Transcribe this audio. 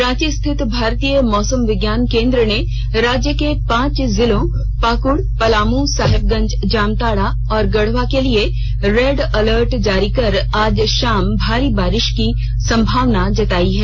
रांची स्थित भारतीय मौसम विज्ञान केंद्र ने राज्य के पांच जिलों पाकड पलाम साहेबगंज जामताडा और गढवा के लिए रेड अलर्ट जारी कर आज शाम भारी बारिष की संभावना जतायी है